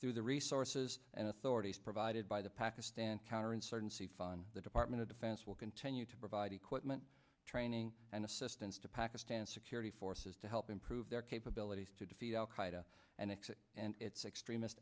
through the resources and authorities provided by the pakistan counterinsurgency fon the department of defense will continue to provide equipment training and assistance to pack stance security forces to help improve their capabilities to defeat al qaeda and exit and its extremist